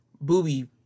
booby